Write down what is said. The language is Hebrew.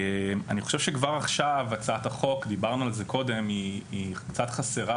אני חושב שכבר עכשיו הצעת החוק דיברנו על זה קודם היא קצת חסרה